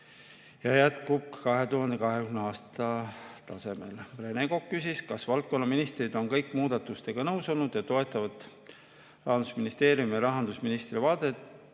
jätkub 2021. aasta tasemel. Rene Kokk küsis, kas valdkonnaministrid on kõik muudatustega nõus olnud ja toetavad neid. Rahandusministeeriumi ja rahandusministri vaatest